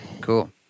Cool